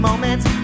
Moments